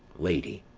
lady.